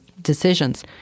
decisions